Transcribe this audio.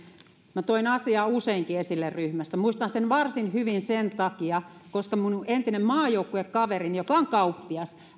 minä toin asiaa useinkin esille ryhmässä muistan sen varsin hyvin sen takia koska minun entinen maajoukkuekaverini joka on kauppias